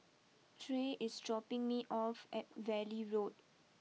Tre is dropping me off at Valley Road